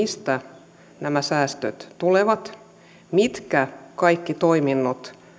mistä nämä säästöt tulevat mitkä kaikki toiminnot